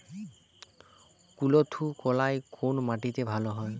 কুলত্থ কলাই কোন মাটিতে ভালো হয়?